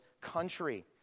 country